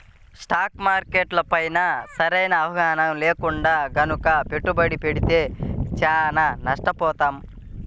stock market పైన సరైన అవగాహన లేకుండా గనక పెట్టుబడి పెడితే చానా నష్టపోతాం